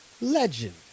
Legend